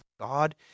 God